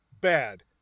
bad